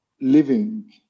living